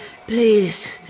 please